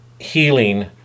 healing